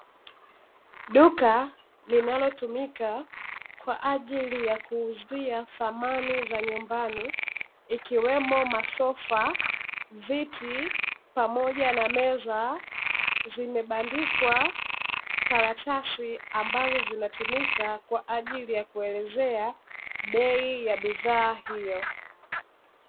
Duka linalotumika kwa ajili ya kuuzia samani za nyumbani, ikiwemo masofa, viti pamoja na meza. Zimebandikwa karatasi ambazo zinatumika kwa ajili ya kuelezea bei ya bidhaa hiyo.